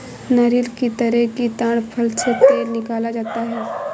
नारियल की तरह ही ताङ फल से तेल निकाला जाता है